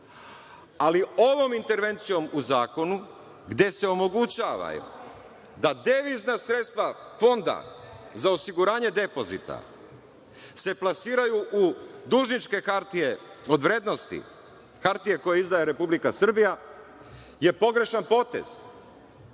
ali ovom intervencijom u zakonu, gde se omogućava da devizna sredstva Fonda za osiguranje depozita se plasiraju u dužničke hartije od vrednosti hartije koje izdaje Republika Srbija je pogrešan potez. Ona